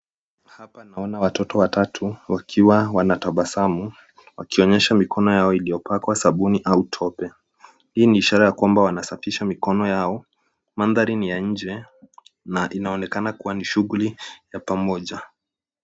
Hapa naona watoto watatu wakiwa wanatabasamu, wakionyesha mikono yao iliyopakwa sabuni au tope. Hii ni ishara kwamba wanasafisha mikono yao. Mandhari ni ya nje na inaonekana kua ni shughuli ya pamoja.